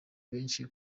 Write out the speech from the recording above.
benshi